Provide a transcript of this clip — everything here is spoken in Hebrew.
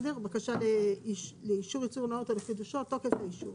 בקשה לאישור ייצור נאות על חידושו ותוקף האישור.